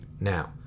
now